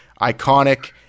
Iconic